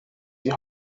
die